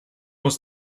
was